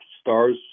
stars